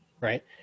right